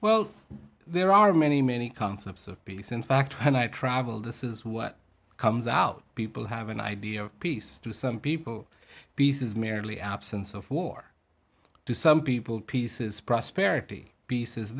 well there are many many concepts of peace in fact when i travel this is what comes out people have an idea of peace to some people peace is merely absence of war to some people pieces prosperity pieces